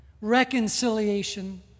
reconciliation